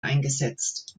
eingesetzt